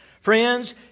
Friends